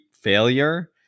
failure